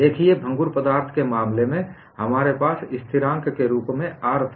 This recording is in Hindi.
देखिए भंगुर पदार्थ के मामले में हमारे पास स्थिराँक के रूप में R था